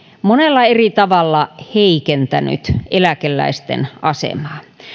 monella eri tavalla heikentänyt eläkeläisten asemaa